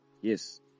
Yes